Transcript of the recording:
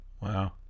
Wow